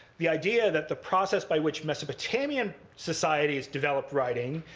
the idea that the process by which mesopotamian society has developed writing,